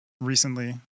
recently